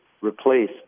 replace